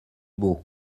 beau